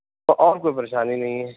اور کوئی پریشانی نہیں ہے